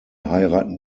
heiraten